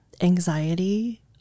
anxiety